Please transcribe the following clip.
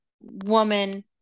woman